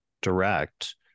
direct